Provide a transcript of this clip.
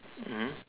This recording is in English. mm